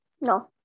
No